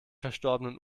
verstorbenen